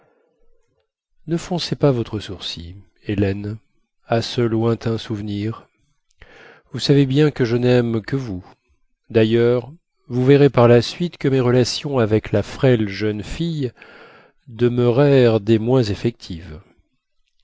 ne froncez pas votre sourcil hélène à ce lointain souvenir vous savez bien que je naime que vous dailleurs vous verrez par la suite que mes relations avec la frêle jeune fille demeurèrent des moins effectives